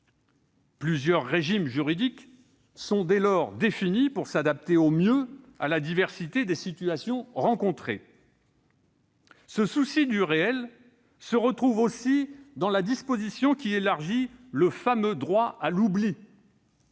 Plusieurs régimes juridiques sont définis pour s'adapter au mieux à la diversité des situations rencontrées. Ce souci du réel se retrouve aussi dans la disposition qui élargit le fameux « droit à l'oubli ».